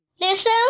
Listen